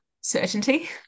certainty